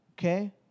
Okay